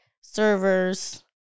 servers